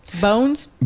Bones